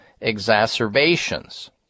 exacerbations